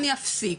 אני אפסיק,